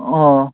ও